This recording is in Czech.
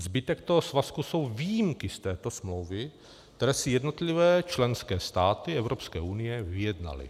Zbytek tohoto svazku jsou výjimky z této smlouvy, které si jednotlivé členské státy Evropské unie vyjednaly.